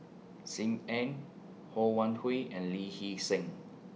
SIM Ann Ho Wan Hui and Lee Hee Seng